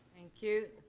thank you.